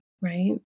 right